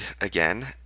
again